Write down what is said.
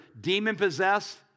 demon-possessed